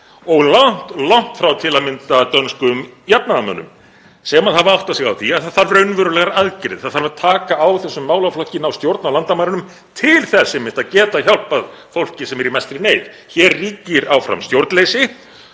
að mynda langt frá stefnu danskra jafnaðarmanna sem hafa áttað sig á því að það þarf raunverulegar aðgerðir. Það þarf að taka á þessum málaflokki og ná stjórn á landamærunum til þess einmitt að geta hjálpað fólki sem er í mestri neyð. Hér ríkir áfram stjórnleysi.